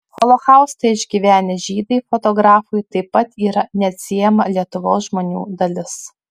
holokaustą išgyvenę žydai fotografui taip pat yra neatsiejama lietuvos žmonių dalis